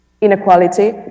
inequality